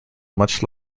much